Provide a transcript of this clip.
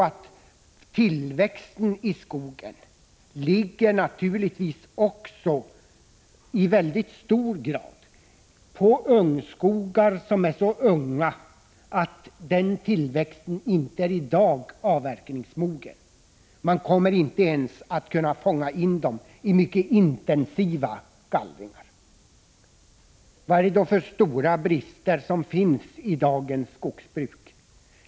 Jo, tillväxten i skogen ligger naturligtvis 16 april 1986 i mycket hög grad på ungskog, som är så ung att den i dag inte är mogen för avverkning. Man kommer inte ens att kunna fånga in den i mycket intensiva Fordtruksdiparte: ä mentets budgetgallringar. vs förslag Vad är det då för stora brister i dagens skogsbruk?